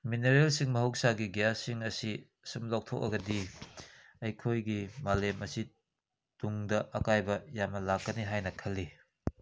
ꯃꯤꯅꯔꯦꯜꯁꯤꯡ ꯃꯍꯧꯁꯥꯒꯤ ꯒ꯭ꯌꯥꯁꯁꯤꯡ ꯑꯁꯤ ꯁꯨꯝ ꯂꯧꯊꯣꯛꯑꯒꯗꯤ ꯑꯩꯈꯣꯏꯒꯤ ꯃꯥꯂꯦꯝ ꯑꯁꯤ ꯇꯨꯡꯗ ꯑꯀꯥꯏꯕ ꯌꯥꯝꯅ ꯂꯥꯛꯀꯅꯤ ꯍꯥꯏꯅ ꯈꯜꯂꯤ